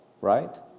Right